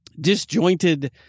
disjointed